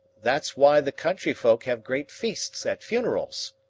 that's why the country folk have great feasts at funerals,